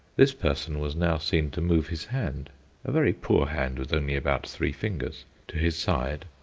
this person was now seen to move his hand a very poor hand, with only about three fingers to his side,